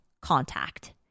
contact